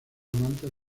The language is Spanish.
manta